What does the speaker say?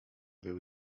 był